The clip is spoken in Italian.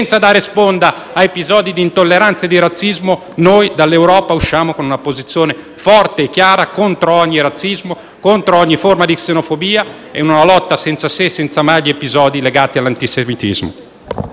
senza dare sponda a episodi di intolleranza e di razzismo, come Europa si possa esprimere una posizione forte e chiara contro ogni razzismo, contro ogni forma di xenofobia e in una lotta senza se e senza ma agli episodi legati all'antisemitismo.